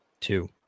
two